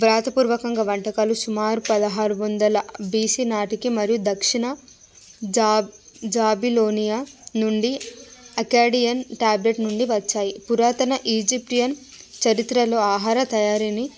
వ్రాతపూర్వకంగా వంటకాలు సుమారు పదహారు వందల బీసీ నాటికి మరియు దక్షిణ జాబ్ బాబిలోనియా నుండి అకాడియన్ టాబ్లెట్ నుండి వచ్చాయి పురాతన ఈజిప్షియన్ చరిత్రలో ఆహార తయారీని